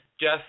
Jeff